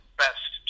best